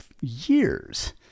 years